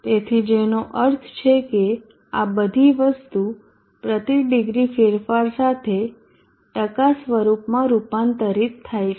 તેથી જેનો અર્થ છે કે આ બધી વસ્તુ પ્રતિ ડિગ્રી ફેરફાર સાથે ટકા સ્વરૂપમાં રૂપાંતરિત થાય છે